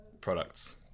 products